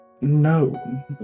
No